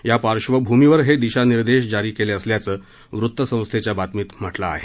त्या पार्श्वभूमीवर हे दिशानिर्देश जारी केले असल्याचं वृत्तसंस्थेच्या बातमीत म्हटलं आहे